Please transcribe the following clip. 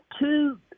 two